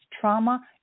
trauma